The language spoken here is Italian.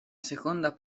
seconda